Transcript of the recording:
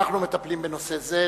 אנחנו מטפלים בנושא זה.